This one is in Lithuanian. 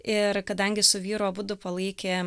ir kadangi su vyru abudu palaikė